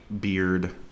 beard